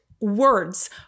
words